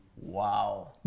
Wow